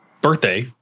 birthday